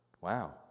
Wow